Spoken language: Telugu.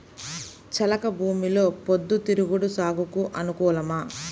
చెలక భూమిలో పొద్దు తిరుగుడు సాగుకు అనుకూలమా?